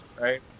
right